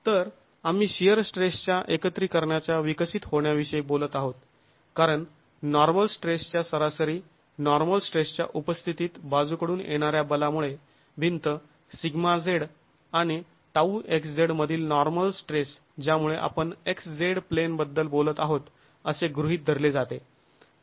तर आम्ही शिअर स्ट्रेसच्या एकत्रीकरणाच्या विकसित होण्याविषयी बोलत आहोत कारण नॉर्मल स्ट्रेसच्या सरासरी नॉर्मल स्ट्रेसच्या उपस्थित बाजूकडून येणाऱ्या बलामुळे भिंत σz आणि τxz मधील नॉर्मल स्ट्रेस ज्यामुळे आपण xz प्लेन बद्दल बोलत आहोत असे गृहीत धरले जाते